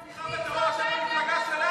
היא צודקת, מואשם בתמיכה בטרור הוא מהמפלגה שלך,